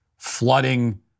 flooding